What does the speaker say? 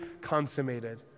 consummated